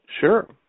Sure